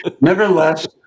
Nevertheless